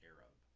Arab